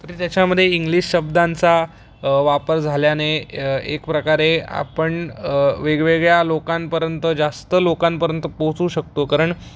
तर त्याच्यामदे इंग्लिश शब्दांचा वापर झाल्याने एक प्रकारे आपण वेगवेगळ्या लोकांपर्यंत जास्त लोकांपर्यंत पोहोचू शकतो कारण